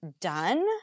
done